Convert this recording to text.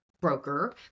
broker